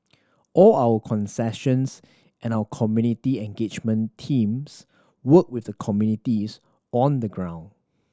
all our concessions and our community engagement teams work with the communities on the ground